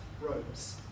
robes